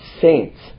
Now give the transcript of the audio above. saints